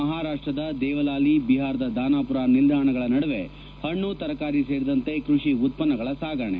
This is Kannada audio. ಮಹಾರಾಷ್ಟ್ದ ದೇವಲಾಲಿ ಬಿಹಾರದ ದಾನಾಪುರ ನಿಲ್ದಾಣಗಳ ನಡುವೆ ಹಣ್ಣು ತರಕಾರಿ ಸೇರಿದಂತೆ ಕೃಷಿ ಉತ್ಪನ್ನಗಳ ಸಾಗಣೆ